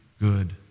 good